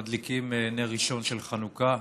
אנחנו מדליקים נר ראשון של חנוכה.